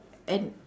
and